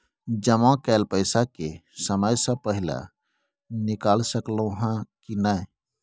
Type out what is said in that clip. जमा कैल पैसा के समय से पहिले निकाल सकलौं ह की नय?